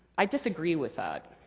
i disagree with that.